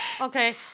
okay